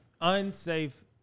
unsafe